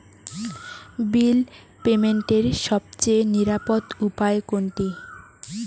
বিল পেমেন্টের সবচেয়ে নিরাপদ উপায় কোনটি?